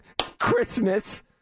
Christmas